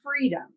freedom